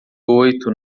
oito